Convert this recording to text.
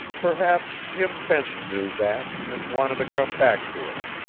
perhaps jim benton knew that, and wanted to come back to us.